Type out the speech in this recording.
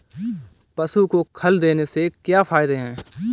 पशु को खल देने से क्या फायदे हैं?